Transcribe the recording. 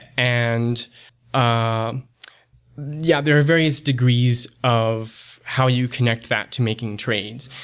and ah yeah, there are various degrees of how you connect fact to making trades.